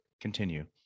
Continue